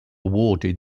awarded